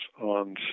on